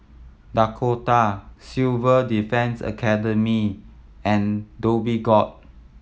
Dakota Civil Defence Academy and Dhoby Ghaut